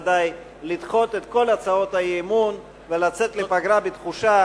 ודאי לדחות את כל הצעות האי-אמון ולצאת לפגרה בתחושה